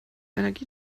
energie